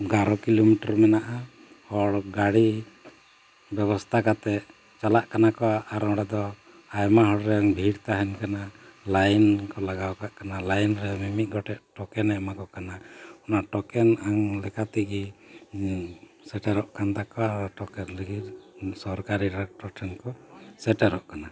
ᱜᱟᱨᱚ kilometre ᱢᱮᱱᱟᱜᱼᱟ ᱦᱚᱲ ᱜᱟᱹᱲᱤ ᱵᱮᱵᱚᱥᱛᱷᱟ ᱠᱟᱛᱮᱫ ᱪᱟᱞᱟᱜ ᱠᱟᱱᱟ ᱠᱚ ᱟᱨ ᱚᱸᱰᱮ ᱫᱚ ᱟᱭᱢᱟ ᱦᱚᱲ ᱨᱮᱱ ᱵᱷᱤᱲ ᱛᱟᱦᱮᱱ ᱠᱟᱱᱟ ᱞᱟᱹᱭᱤᱱ ᱠᱚ ᱞᱟᱜᱟᱣ ᱠᱟᱜ ᱠᱟᱱᱟ ᱞᱟᱭᱤᱱ ᱨᱮ ᱢᱤᱢᱤᱫ ᱜᱚᱴᱮᱡ ᱴᱚᱠᱮᱱ ᱮᱢᱟᱠᱚ ᱠᱟᱱᱟ ᱚᱱᱟ ᱴᱚᱠᱮᱱ ᱮᱢ ᱞᱮᱠᱟ ᱛᱮᱜᱮ ᱥᱮᱴᱮᱨᱚᱜ ᱠᱟᱱ ᱛᱟᱠᱚᱣᱟ ᱟᱨ ᱴᱚᱠᱮᱱ ᱞᱟᱹᱜᱤᱫ ᱥᱚᱨᱠᱟᱨᱤ ᱰᱟᱠᱴᱚᱨ ᱴᱷᱮᱱ ᱠᱚ ᱥᱮᱴᱮᱨᱚᱜ ᱠᱟᱱᱟ